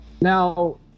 Now